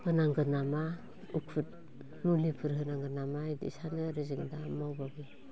होनांगोन नामा उखुद मुलिफोर होनांगोन नामा इदि सानो आरो जों दा मावब्लाबो